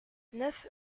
neuf